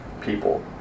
people